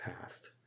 past